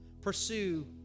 pursue